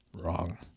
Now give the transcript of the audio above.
wrong